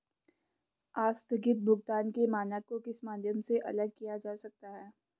आस्थगित भुगतान के मानक को किस माध्यम से अलग किया जा सकता है?